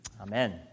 Amen